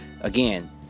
again